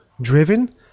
driven